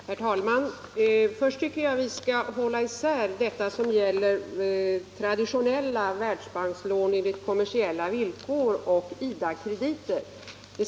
Herr talman! Först tycker jag att vi skall hålla isär traditionella Världsbankslån enligt kommersiella villkor och IDA-krediter.